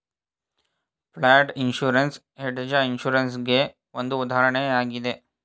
flood insurance hedge insurance ಗೆ ಒಂದು ಉದಾಹರಣೆಯಾಗಿದೆ